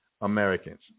Americans